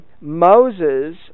Moses